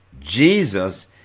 Jesus